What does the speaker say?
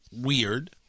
weird